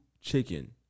chicken